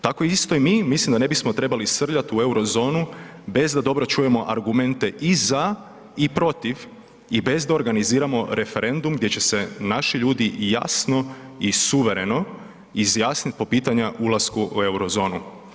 Tako isto i mi mislim da ne bismo trebali srljati u euro zonu bez da dobro čujemo argumente i za i protiv i bez da organiziramo referendum gdje će se naši ljudi i jasno i suvereno izjasnit po pitanju ulaska u euro zonu.